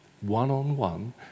one-on-one